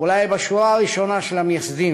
אולי של השורה הראשונה של המייסדים,